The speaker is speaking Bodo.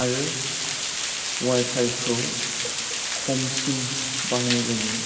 आरो वाईफाईखौ खमसिन बाहायनाय जायो